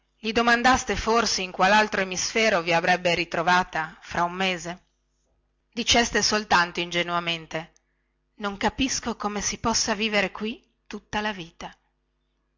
gli domandavate forse in qual altro emisfero vi avrebbe ritrovata fra un mese diceste soltanto ingenuamente non capisco come si possa vivere qui tutta la vita